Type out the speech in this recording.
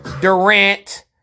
Durant